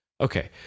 Okay